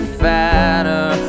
fatter